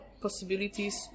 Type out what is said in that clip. possibilities